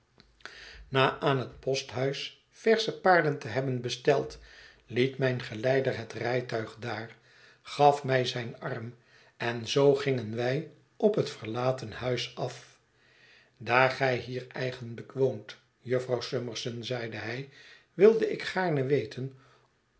na aan het posthuis versche paarden te hebben besteld liet mijn geleider het rijtuig daar gaf mij zijn arm en zoo gingen wij op het verlaten huis af daar gij hier eigenlijk woont jufvrouw summerson zeide hij wilde ik gaarne weten